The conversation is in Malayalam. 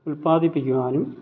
ഉൽപാദിപ്പിക്കുവാനും